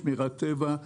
שמירת טבע,